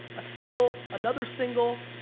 a single, another single,